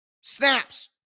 snaps